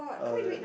uh